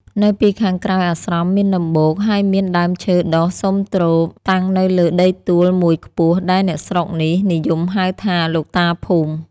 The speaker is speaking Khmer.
នៅពីខាងក្រោយអាស្រមមានដំបូក ហើយមានដើមឈើដុះស៊ុមទ្រម តាំងនៅលើដីទួលមួយខ្ពស់ ដែលអ្នកស្រុកនេះនិយមហៅថា "លោកតាភូមិ" ។